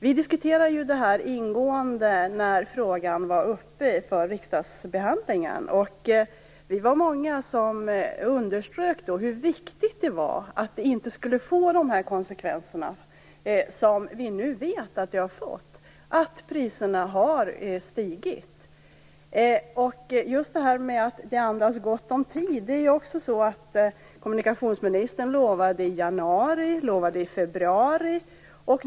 Vi diskuterade det här ingående när frågan var uppe för riksdagsbehandling. Vi var många som underströk hur viktigt det var att detta inte skulle få de konsekvenser som vi nu vet att det har fått, nämligen att priserna har stigit. Svaret andas, som sagt, gott om tid. Kommunikationsministern gav löfte om januari och februari.